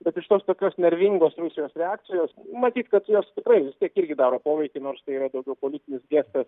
bet iš tos tokios nervingos rusijos reakcijos matyt kad jos tikrai vis tiek irgi daro poveikį nors tai yra daugiau politinis gestas